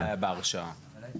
בעיה בהרשאה.